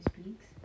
speaks